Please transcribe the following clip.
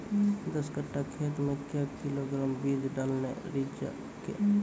दस कट्ठा खेत मे क्या किलोग्राम बीज डालने रिचा के?